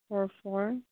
four four